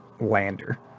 Lander